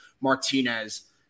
Martinez